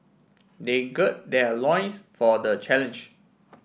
they gird their loins for the challenge